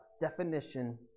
definition